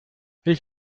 ich